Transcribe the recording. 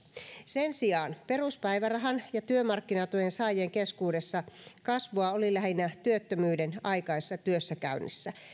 sen sijaan peruspäivärahan ja työmarkkinatuen saajien keskuudessa kasvua oli lähinnä työttömyyden aikaisessa työssäkäynnissä